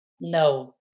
No